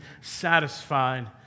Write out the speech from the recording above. satisfied